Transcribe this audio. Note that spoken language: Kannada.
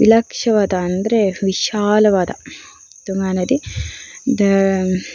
ವಿಲಕ್ಷವಾದ ಅಂದರೆ ವಿಶಾಲವಾದ ತುಂಗಾ ನದಿ ದ